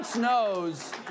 knows